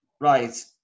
right